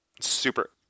Super